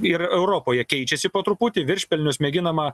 ir europoje keičiasi po truputį viršpelnius mėginama